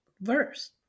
verse